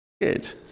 Good